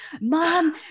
mom